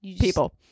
people